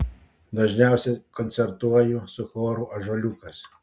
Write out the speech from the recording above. dažniausiai koncertuoju su choru ąžuoliukas